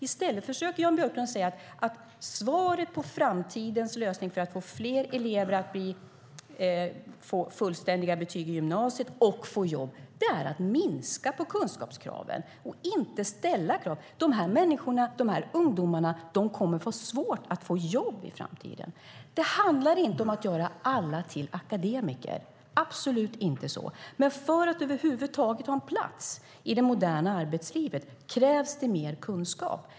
I stället försöker Jan Björklund säga att framtidens lösning för att få fler elever att få fullständiga betyg i gymnasiet och få jobb är att minska kunskapskraven och inte ställa krav. De här ungdomarna kommer att få svårt att få jobb i framtiden. Det handlar inte om att göra alla till akademiker. Så är det absolut inte, men för att över huvud taget ha en plats i det moderna arbetslivet krävs det mer kunskap.